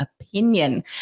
opinion